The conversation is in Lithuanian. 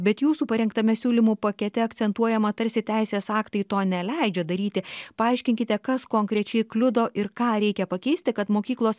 bet jūsų parengtame siūlymų pakete akcentuojama tarsi teisės aktai to neleidžia daryti paaiškinkite kas konkrečiai kliudo ir ką reikia pakeisti kad mokyklos